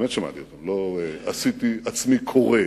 באמת שמעתי, לא עשיתי עצמי קורא